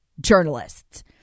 journalists